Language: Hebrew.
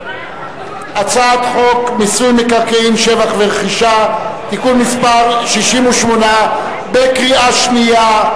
הצעת חוק מיסוי מקרקעין (שבח ורכישה) (תיקון מס' 68) קריאה שנייה.